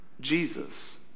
Jesus